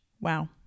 Wow